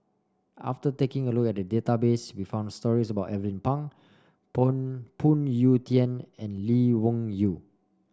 after taking a look at the database we found stories about Alvin Pang Phoon Phoon Yew Tien and Lee Wung Yew